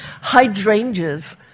hydrangeas